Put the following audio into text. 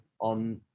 on